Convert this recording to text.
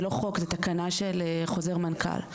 מתקנת: זה לא חוק אלא תקנה של חוזר מנכ"ל.